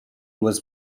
was